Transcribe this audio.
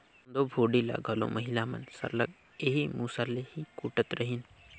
कोदो भुरडी ल घलो महिला मन सरलग एही मूसर ले ही कूटत रहिन